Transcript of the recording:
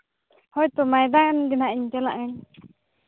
ᱦᱳᱭ ᱛᱚ ᱢᱚᱭᱫᱟᱱ ᱜᱮ ᱦᱟᱸᱜ ᱤᱧ ᱪᱟᱞᱟᱜ ᱟᱹᱧ